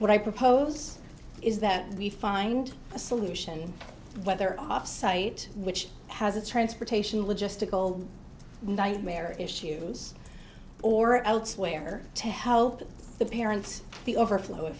what i propose is that we find a solution whether off site which has a transportation logistical nightmare issues or elsewhere to help the parents the overflow